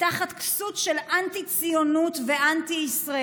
תחת כסות של אנטי-ציונות ואנטי-ישראליות.